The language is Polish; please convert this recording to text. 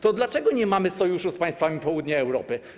To dlaczego nie mamy sojuszu z państwami południa Europy?